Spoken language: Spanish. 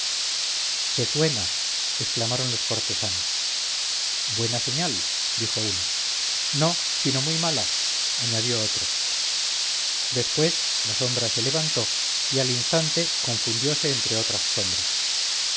se suena exclamaron los cortesanos buena señal dijo uno no sino muy mala añadió otro después la sombra se levantó y al instante confundiose entre otras sombras